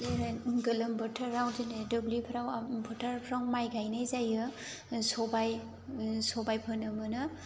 जेरै गोलोम बोथोराव दिनै दुब्लिफ्राव आं फोथारफ्राव माइ गायनाय जायो सबाय सबाय फोनो मोनो